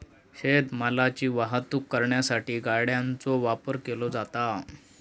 शेत मालाची वाहतूक करण्यासाठी गाड्यांचो वापर केलो जाता